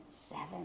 Seven